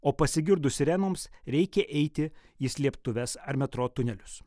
o pasigirdus sirenoms reikia eiti į slėptuves ar metro tunelius